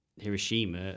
Hiroshima